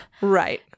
Right